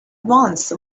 once